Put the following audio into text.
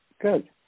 Good